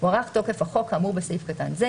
הוארך תוקף החוק כאמור בסעיף קטן זה,